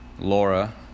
Laura